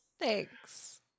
Thanks